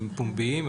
הם פומביים,